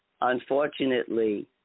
Unfortunately